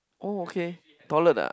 oh okay toilet ah